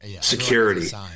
security